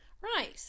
Right